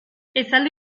esaldi